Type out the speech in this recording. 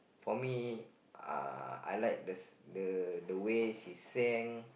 for me uh I like the the the way she sang